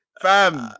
Fam